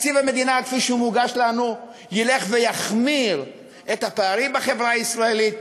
תקציב המדינה כפי שהוא מוגש לנו ילך ויחמיר את הפערים בחברה הישראלית,